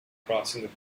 crossing